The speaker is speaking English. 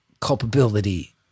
culpability